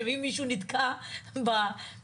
שאם מישהו נתקע בכבישים,